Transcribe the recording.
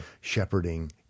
shepherding